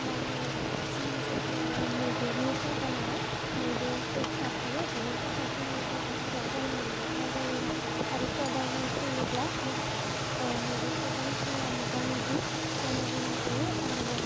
मा होनो जोंनि जायगायाव मैदेरनि जायगा नालाय मैदेरफोर थाफैयो बिनि थाखाय जोंनि जायगाफोराव जानला मोनला दावबाय आरिफ्रा दावबायफैयोब्ला मैदेरफोरजों जोंहा मोगा मोगि जानो गोनां जायो आरो